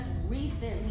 recently